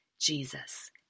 Jesus